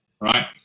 right